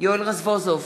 יואל רזבוזוב,